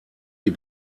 die